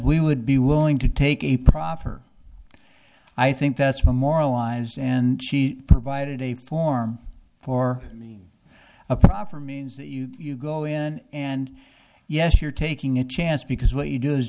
we would be willing to take a proffer i think that's memorialized and she provided a form for a proper means that you go in and yes you're taking a chance because what you do is